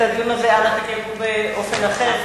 את הדיון הזה אנא תקיימו באופן אחר.